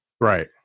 Right